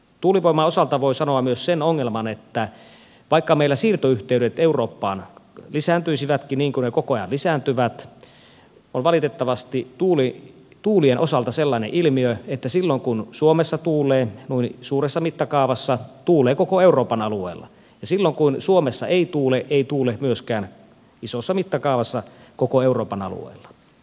tuulivoiman osalta voi sanoa myös sen ongelman että vaikka meillä siirtoyhteydet eurooppaan lisääntyisivätkin niin kuin ne koko ajan lisääntyvät on valitettavasti tuulien osalta sellainen ilmiö että silloin kun suomessa tuulee suuressa mittakaavassa tuulee koko euroopan alueella ja silloin kun suomessa ei tuule ei tuule myöskään isossa mittakaavassa koko euroopan alueella